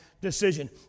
decision